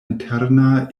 interna